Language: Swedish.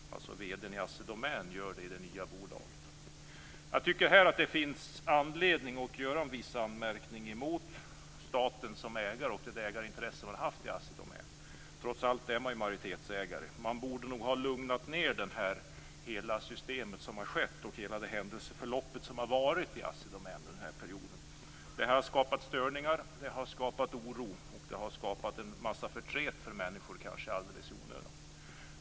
VD för Assi Domän gör alltså det. Det finns anledning att rikta vissa anmärkningar mot staten som ägare och det ägarintresse man haft i Assi Domän. Man är trots allt majoritetsägare. Man borde ha lugnat ned hela systemet och det händelseförlopp som har varit i Assi Domän under den här perioden. Det har skapat störningar. Det har skapat oro och en massa förtret för människor, kanske alldeles i onödan.